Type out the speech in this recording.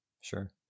sure